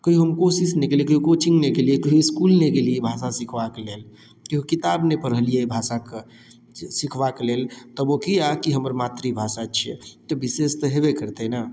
कहियो हम कोशिश नहि कयलियै कहियो कोचिंग नहि कयलियै कहियो इसकुल नहि गेलियै भाषा सीखबाक लेल कहियो किताब नहि पढ़लियै भाषाके सीखबाक लेल तऽ किया तऽ हमर मातृभाषा छियै तऽ विशेष तऽ हेबे करतै ने